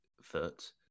foot